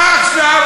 מה עכשיו?